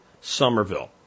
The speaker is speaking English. Somerville